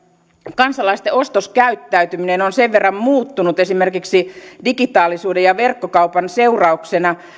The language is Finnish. kansalaisten ostoskäyttäytyminen on sen verran muuttunut esimerkiksi digitaalisuuden ja verkkokaupan seurauksena